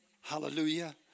Hallelujah